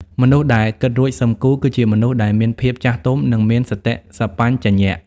មនុស្សដែល «គិតរួច សឹមគូរ» គឺជាមនុស្សដែលមានភាពចាស់ទុំ និងមានសតិសម្បជញ្ញៈ។